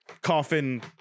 coffin